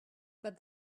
but